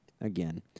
again